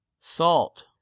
salt